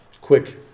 quick